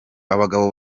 abagabo